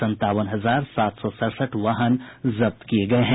संतावन हजार सात सौ सड़सठ वाहन जब्त किये गये हैं